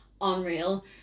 unreal